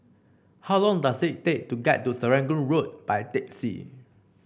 how long does it take to get to Serangoon Road by taxi